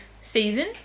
season